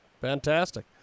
Fantastic